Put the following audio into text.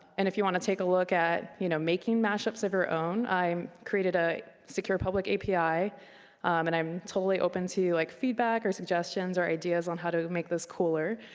and if you want to take a look at you know making mashups of your own, i created a a secure public api and i'm totally open to like feedback or suggestions or ideas on how to make this cooler.